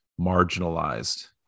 marginalized